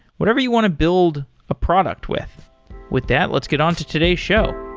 whatever you want to build a product with with that, let's get on to today's show